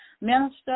Minister